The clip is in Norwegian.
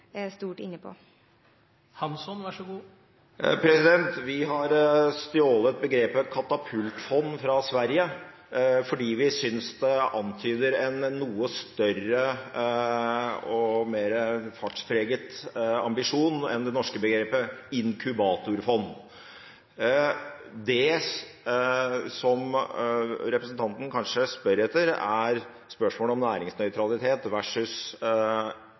stort inne i? Vi har stjålet begrepet «katapultfond» fra Sverige fordi vi synes det antyder en noe større og mer fartspreget ambisjon enn det norske begrepet «inkubatorfond». Det som representanten kanskje spør etter, gjelder spørsmålet om næringsnøytralitet versus